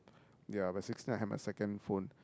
ya by sixteen I had my second phone